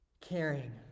caring